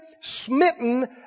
smitten